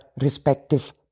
respective